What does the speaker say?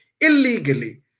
illegally